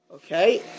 Okay